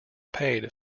paid